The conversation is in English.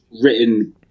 written